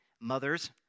mothers